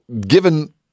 Given